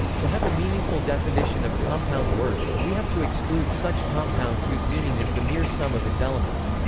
to have a meaningful definition of compound words, we have to exclude such compounds whose meaning is the mere sum of its elements.